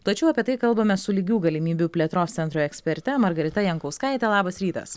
tačiau apie tai kalbame su lygių galimybių plėtros centro eksperte margarita jankauskaite labas rytas